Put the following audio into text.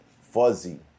fuzzy